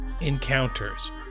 encounters